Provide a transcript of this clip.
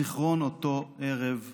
זיכרון אותו ערב ארור.